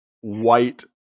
white